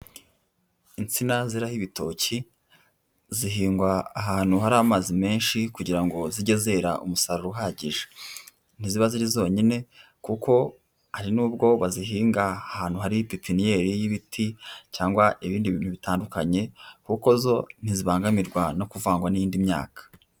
Insina zeraho ibitoki, zihingwa ahantu hari amazi menshi kugira ngo zijye zera umusaruro uhagije. Ntiziba ziri zonyine kuko hari nubwo bazihinga ahantu hari pipinyeri y'ibiti cyangwa ibindi bintu bitandukanye kuko zo ntizibangamirwa no kuvangwa n'indi myaka.